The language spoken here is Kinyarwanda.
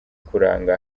kuranga